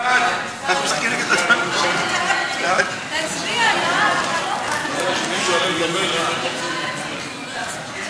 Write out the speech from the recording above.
חוק למניעת אלימות במוסדות למתן טיפול (תיקון מס' 2),